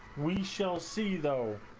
we shall see though,